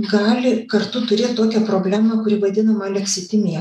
gali kartu turėt tokią problemą kuri vadinama leksitimija